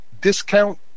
Discount